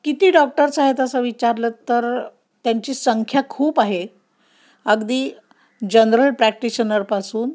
किती डॉक्टर्स आहेत असं विचारलं तर त्यांची संख्या खूप आहे अगदी जनरल प्रॅक्टिशनरपासून